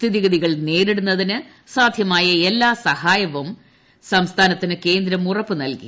സ്ഥിതിഗതികൾ നേരിടുന്നതിന് സാധ്യമായ എല്ലാ സഹാർയ്പും സംസ്ഥാനത്തിന് കേന്ദ്രം ഉറപ്പ് നൽകി